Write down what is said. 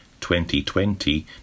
2020